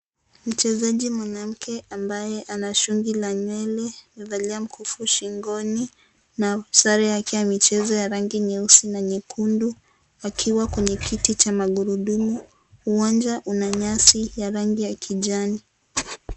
Mchezaji mwanamke ambaye ana shungi la nywele, amevalila mkufu shingoni na sare yake ya mchezo ya rangi nyeusi na nyekundu, akiwa kwenye kiti cha magurudumu. Uwanja una nyasi ya rangi ya kijani.